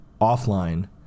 offline